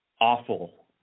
awful